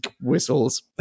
whistles